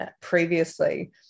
previously